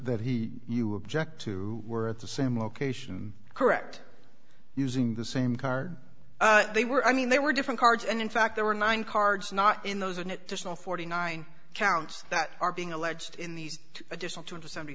that he you object to were at the same location correct using the same card they were i mean they were different cards and in fact there were nine cards not in those and it just all forty nine counts that are being alleged in these additional two hundred seventy